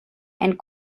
and